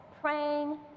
praying